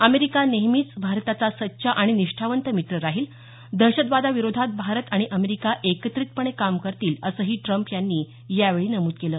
America नेहमीच भारताचा सच्चा आणि निष्ठावंत मित्र राहील दहशतवादाविरोधात भारत आणि अमेरिका एकत्रितपणे काम करतील असंही ट्रम्प यांनी यावेळी नमूद केलं